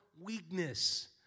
weakness